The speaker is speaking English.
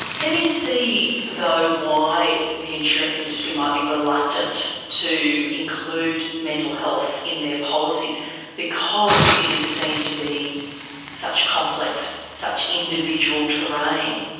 can you see though why the insurance industry might be reluctant to include mental health in their policies because it seen to be such complex, such individual terrain,